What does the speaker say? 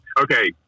okay